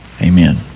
Amen